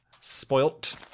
spoilt